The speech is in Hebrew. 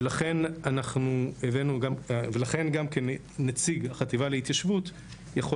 ולכן גם נציג החטיבה להתיישבות יכול